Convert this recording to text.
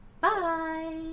Bye